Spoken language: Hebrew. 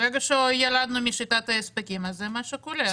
ברגע שירדנו משיטת ההספקים זה מה שקורה.